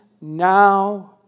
now